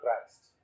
Christ